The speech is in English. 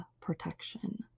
protection